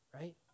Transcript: right